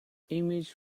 image